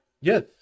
Yes